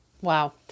Wow